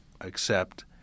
accept